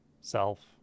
Self